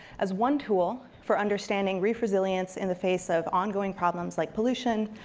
as one tool for understanding reef resilience in the face of ongoing problems like pollution,